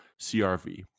crv